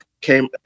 came